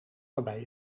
waarbij